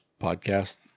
podcast